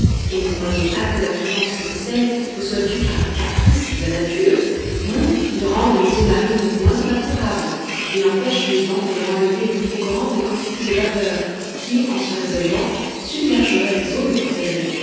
et ne croyez pas que la présence de ces sels ne soit due qu'à un caprice de la nature non ils rendent les eaux marines moins évaporables et empêchent les vents de leur enlever une trop grande quantité de vapeurs qui en se résolvant submergeraient les zones tempérées